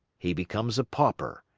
he becomes a pauper,